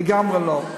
לגמרי לא.